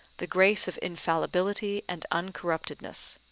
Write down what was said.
the grace of infallibility and uncorruptedness?